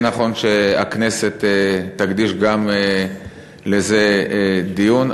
יהיה נכון שהכנסת תקדיש גם לזה דיון.